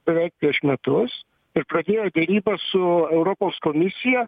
beveik prieš metus ir pradėjo derybas su europos komisija